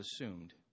assumed